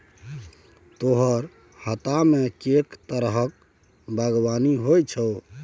तोहर हातामे कैक तरहक बागवानी होए छौ